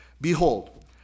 Behold